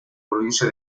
provincia